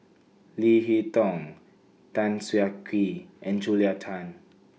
Leo Hee Tong Tan Siah Kwee and Julia Tan